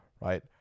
right